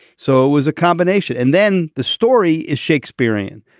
so it was a combination and then the story is shakespearean.